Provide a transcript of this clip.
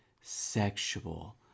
sexual